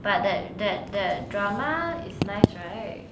but that that that drama is nice right